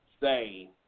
say